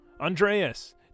Andreas